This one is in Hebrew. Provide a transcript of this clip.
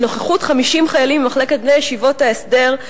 בנוכחות 50 חיילים ממחלקת בני ישיבות ההסדר,